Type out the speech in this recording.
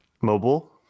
Mobile